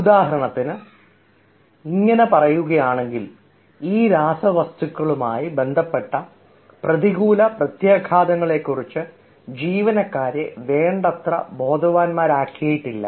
ഉദാഹരണത്തിന് ഇങ്ങനെ പറയുകയാണെങ്കിൽ ഈ രാസവസ്തുക്കളുമായി ബന്ധപ്പെട്ട പ്രതികൂല പ്രത്യാഘാതങ്ങളെക്കുറിച്ച് ജീവനക്കാരെ വേണ്ടത്ര ബോധവാന്മാരാക്കിയിട്ടില്ല